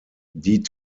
die